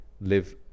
live